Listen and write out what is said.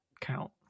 count